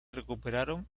recuperaron